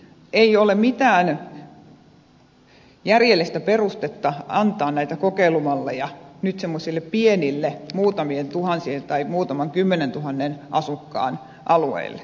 ei ole mitään järjellistä perustetta antaa näitä kokeilumalleja nyt semmoisille pienille muutamien tuhansien tai muutaman kymmenentuhannen asukkaan alueille